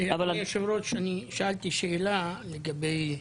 אדוני היושב ראש, אני שאלתי שאלה לגבי החוק.